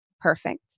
Perfect